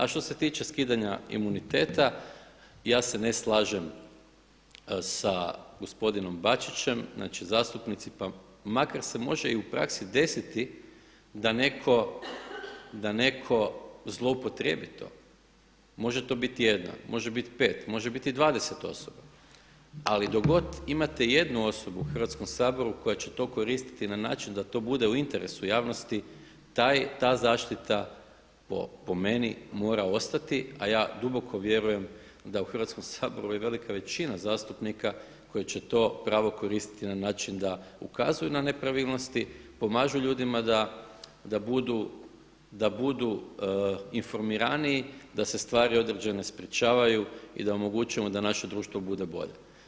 A što se tiče skidanja imuniteta ja se ne slažem sa gospodinom Bačićem, znači zastupnici pa makar se može u praksi desiti da netko zloupotrijebi to, može to biti jedna, može biti pet, može biti i dvadeset osoba ali dok god imate jednu osobu u Hrvatskom saboru koja će to koristiti na način da to bude u interesu javnosti ta zaštita po meni mora ostati a ja duboko vjerujem da u Hrvatskom saboru je velika većina zastupnika koja će to pravo koristiti na način da ukazuje na nepravilnosti, pomažu ljudima da budu informiraniji, da se stvari određene spriječavaju i da omogućujemo da naše društvo bude bolje.